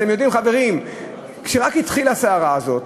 אתם יודעים, חברים, כשרק התחילה הסערה הזאת